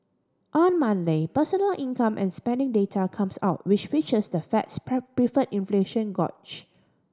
on Monday personal income and spending data comes out which features the Fed's preferred inflation gauge